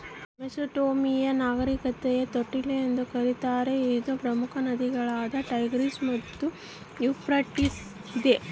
Mesopotamia ನಾಗರಿಕತೆಯ ತೊಟ್ಟಿಲು ಎಂದು ಕರೀತಾರ ಇದು ಪ್ರಮುಖ ನದಿಗಳಾದ ಟೈಗ್ರಿಸ್ ಮತ್ತು ಯೂಫ್ರಟಿಸ್ ಇದೆ